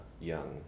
young